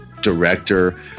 director